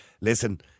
listen